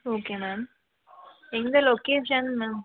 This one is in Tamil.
ஓகே மேம் எங்கே லொக்கேஷன் மேம்